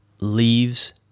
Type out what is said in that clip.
leaves